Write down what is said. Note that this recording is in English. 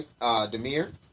Demir